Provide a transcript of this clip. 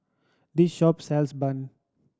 this shop sells bun